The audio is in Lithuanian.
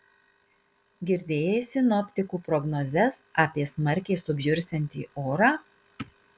girdėjai sinoptikų prognozes apie smarkiai subjursiantį orą